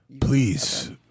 Please